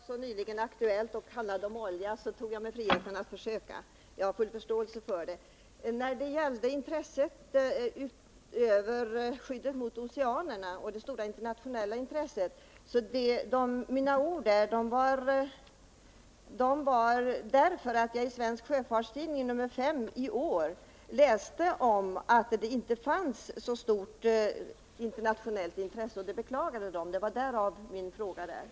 Herr talman! Jag har förståelse för att kommunikationsministern inte vill svara på den sista frågan i dag. Men eftersom det så nyligen varit aktuellt och det handlar om olja, tog jag mig friheten att försöka få ett besked. Men jag har som sagt full förståelse för att jag inte kan få svar nu. Beträffande skyddet ute på oceanerna, som kommunikationsministern säger att det finns ett så stort internationellt intresse för, så läste jag i Svensk Sjöfarts Tidning nr 5 i år att det beklagligtvis inte fanns något stort internationellt intresse för ett sådant skydd, och det var det som föranledde min fråga.